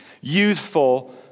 youthful